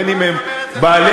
בין שהם בעלי,